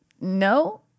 No